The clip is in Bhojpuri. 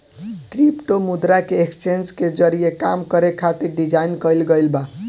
क्रिप्टो मुद्रा के एक्सचेंज के जरिए काम करे खातिर डिजाइन कईल गईल बा